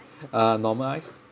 uh normal ice